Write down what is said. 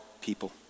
people